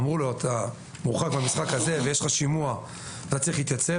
אמרו לו: אתה מורחק מהמשחק הזה ויש לך שימוע ואתה צריך להתייצב.